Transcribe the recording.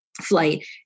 flight